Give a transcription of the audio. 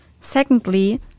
Secondly